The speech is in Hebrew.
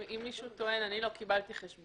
אם מישהו טוען שהוא לא קיבל חשבונית,